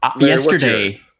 yesterday